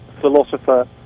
philosopher